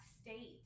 state